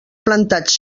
plantats